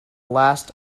last